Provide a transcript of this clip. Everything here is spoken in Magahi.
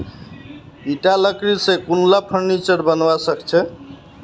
ईटा लकड़ी स कुनला फर्नीचर बनवा सख छ